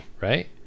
right